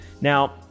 now